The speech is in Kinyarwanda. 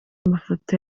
mafoto